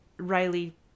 Riley